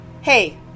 hey